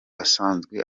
asanzwe